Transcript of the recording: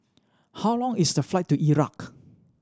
how long is the flight to Iraq